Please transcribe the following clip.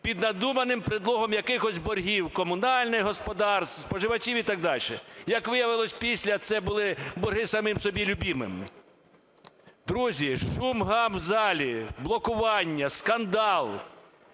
під надуманим предлогом якихось боргів: комунальних господарств, споживачів і так дальше. Як виявилось після, це були борги самим собі любимим. Друзі, шум-гам в залі, блокування, скандал.